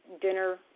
dinner